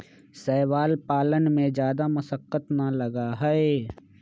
शैवाल पालन में जादा मशक्कत ना लगा हई